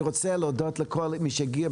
אני רוצה להודות לכל מי שהגיע,